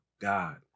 God